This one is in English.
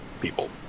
people